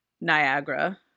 niagara